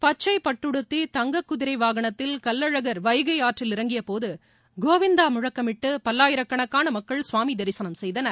பச்சைப்பட்டுத்தி தங்க குதிரை வாகனத்தில் கள்ளழகர் வைகை ஆற்றில் இறங்கிய போது கோவிந்தா முழக்கமிட்டு பல்லாயிரக்கணக்கான மக்கள் சுவாமி தரிசனம் செய்தனர்